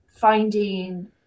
finding